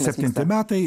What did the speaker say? septinti metai